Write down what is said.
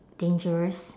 dangerous